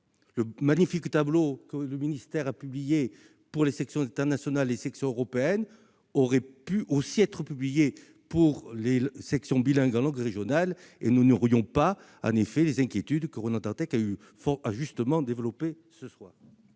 Le magnifique tableau que le ministère a publié pour les sections internationales et les sections européennes aurait pu aussi être publié pour les sections bilingues en langues régionales ; nous n'aurions pas alors les inquiétudes que Ronan Dantec a fort justement développées.